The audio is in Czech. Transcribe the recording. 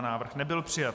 Návrh nebyl přijat.